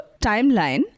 timeline